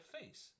face